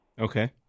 Okay